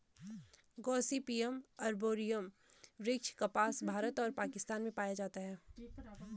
Gossypium arboreum वृक्ष कपास, भारत और पाकिस्तान में पाया जाता है